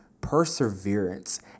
perseverance